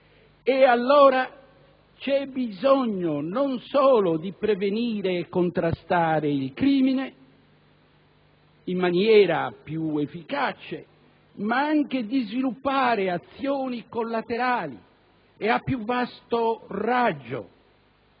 Allora, c'è bisogno non solo di prevenire e contrastare il crimine in maniera più efficace, ma anche di sviluppare azioni collaterali e a più vasto raggio,